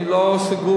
אני לא סגור,